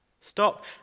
stop